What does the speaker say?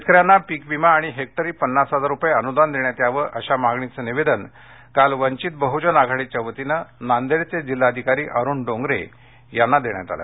शेतकऱ्यांना पीक विमा आणि हेक्टरी पन्नास हजार रुपये अनुदान देण्यात यावं अशा मागणीचं निवेदन काल वंचित बहजन आघाडीच्या वतीने नांदेडचे जिल्हाधिकारी अरूण डोंगरे यांना देण्यात आलं